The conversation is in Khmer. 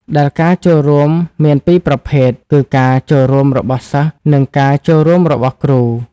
ដែលការចូលរួមមានពីរប្រភេទគឺការចូលរួមរបស់សិស្សនិងការចូលរួមរបស់គ្រូ។